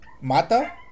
Mata